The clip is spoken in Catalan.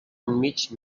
mig